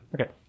okay